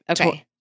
okay